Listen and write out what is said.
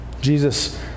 Jesus